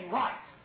right